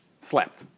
slept